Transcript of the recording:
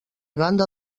banda